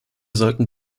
sollten